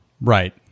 Right